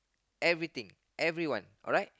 everything everyone alright